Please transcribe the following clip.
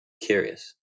Curious